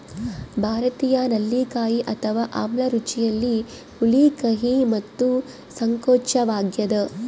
ಭಾರತೀಯ ನೆಲ್ಲಿಕಾಯಿ ಅಥವಾ ಆಮ್ಲ ರುಚಿಯಲ್ಲಿ ಹುಳಿ ಕಹಿ ಮತ್ತು ಸಂಕೋಚವಾಗ್ಯದ